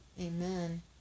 Amen